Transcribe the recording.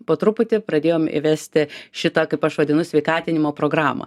po truputį pradėjom įvesti šitą kaip aš vadinu sveikatinimo programą